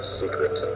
secret